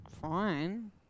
fine